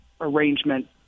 arrangement